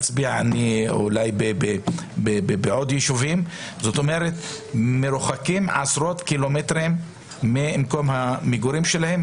חלק בעוד יישובים שמרוחקים עשרות קילומטרים ממקום המגורים שלהם.